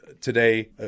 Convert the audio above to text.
today